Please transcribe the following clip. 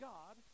God